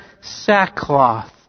sackcloth